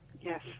Yes